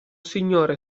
signore